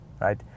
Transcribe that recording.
right